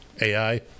AI